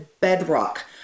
bedrock